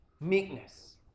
meekness